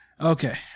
Okay